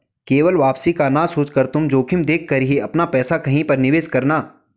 केवल वापसी का ना सोचकर तुम जोखिम देख कर ही अपना पैसा कहीं पर निवेश करना